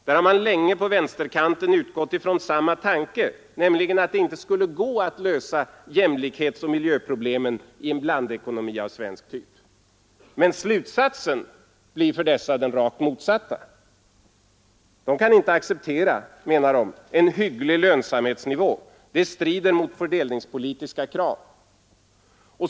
Där har man länge på vänsterkanten utgått ifrån samma tanke, nämligen att det inte skulle vara möjligt att lösa jämlikhetsoch miljöproblemen i en blandekonomi av svensk typ. Men slutsatsen blir för dem den rakt motsatta. De anser sig inte kunna acceptera en hygglig lönsamhetsnivå det skulle strida mot fördelningspolitiska krav.